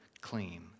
clean